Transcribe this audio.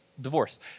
divorce